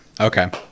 Okay